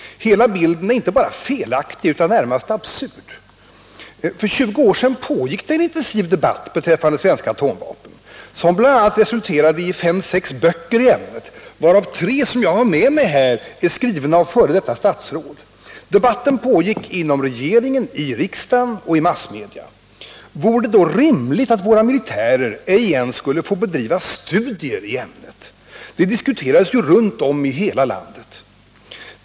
Hela bilden är inte bara felaktig utan närmast absurd. För 20 år sedan pågick en intensiv debatt beträffande svenska atomvapen, som bl.a. resulterade i fem sex böcker i ämnet, varav tre som jag har här i min hand skrivna av f. d. statsråd. Debatten pågick inom regeringen, i riksdagen och i massmedia. Vore det då rimligt att våra militärer ej ens skulle få bedriva studier i ämnet — det diskuterades ju runt om i landet?